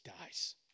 dies